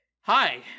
hi